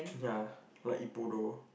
ya like Ippudo